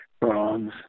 bronze